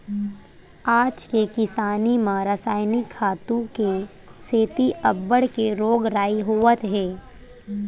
आज के किसानी म रसायनिक खातू के सेती अब्बड़ के रोग राई होवत हे